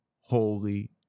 holy